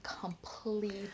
complete